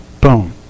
boom